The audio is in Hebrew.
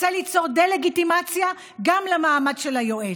רוצה ליצור דה-לגיטימציה גם למעמד של היועץ,